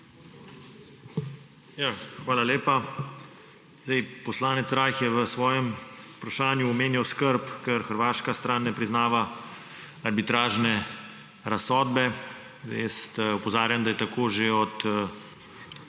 Hvala lepa. Poslanec Rajh je v svojem vprašanju omenjal skrb, ker hrvaška stran ne priznava arbitražne razsodbe. Opozarjam, da je tako že od sprejetja te razsodbe junija